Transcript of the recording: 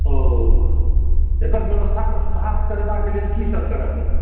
ओ एकर व्यवस्थाकेँ सुधार करेबाक लेल की सभ करै पड़तै